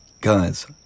guys